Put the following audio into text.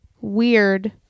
weird